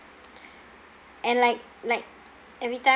and like like every time